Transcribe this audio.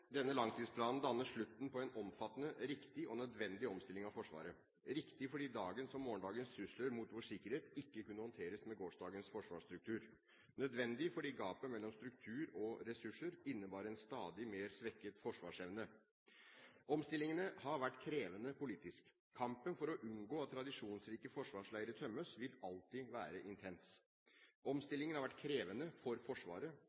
Denne langtidsplanen danner slutten på en omfattende, riktig og nødvendig omstilling av Forsvaret – riktig fordi dagens og morgendagens trusler mot vår sikkerhet ikke kunne håndteres med gårsdagens forsvarsstruktur, nødvendig fordi gapet mellom struktur og ressurser innebar en stadig mer svekket forsvarsevne. Omstillingene har vært krevende politisk. Kampen for å unngå at tradisjonsrike forsvarsleire tømmes, vil alltid være intens. Omstillingen har vært krevende for Forsvaret,